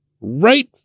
right